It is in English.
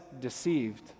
deceived